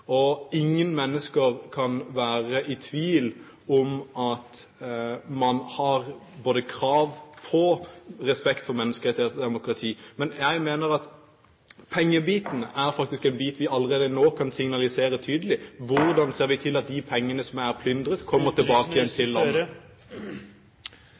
og ingen mennesker kan være i tvil om at man har krav på respekt for menneskerettigheter i et demokrati. Men jeg mener at pengebiten faktisk er en bit vi allerede nå kan signalisere tydelig: Hvordan ser vi til at de pengene som er plyndret, kommer tilbake igjen